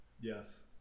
Yes